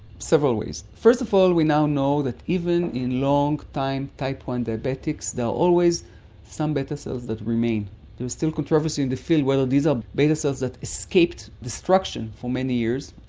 several ways. first of all we now know that even in long time type i diabetics, there are always some beta cells that remain. there is still controversy in the field whether these are beta cells that escaped destruction for many years,